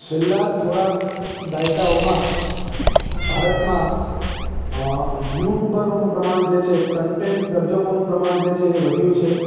છેલ્લા થોડાક દાયકાઓમાં ભારતમાં યુટુબરોનું પ્રમાણ જે છે કન્ટેન્ટ સર્જકોનું પ્રમાણ જે છે એ વધ્યું છે